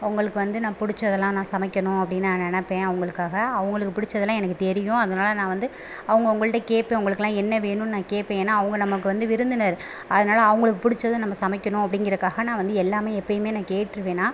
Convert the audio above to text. அவங்களுக்கு வந்து நான் பிடிச்சதெல்லாம் நான் சமைக்கணும் அப்படினு நான் நினப்பேன் அவங்களுக்காக அவங்களுக்கு பிடிச்சதெல்லாம் எனக்கு தெரியும் அதனால் நான் வந்து அவங்க அவங்கள்ட்ட கேட்பேன் உங்களுக்குலாம் என்ன வேணுன்னு நான் கேட்பேன் ஏன்னால் அவங்க நமக்கு வந்து விருந்தினர் அதனால் அவங்களுக்கு பிடிச்சத நம்ம சமைக்கணும் அப்படிங்கிறக்காக நான் வந்து எல்லாமே எப்போயுமே நான் கேட்டுருவேன் நான்